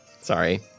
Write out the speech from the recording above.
sorry